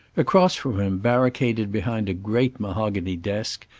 across from him, barricaded behind a great mahogany desk,